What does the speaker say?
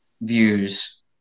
views